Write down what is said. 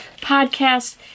podcast